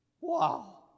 Wow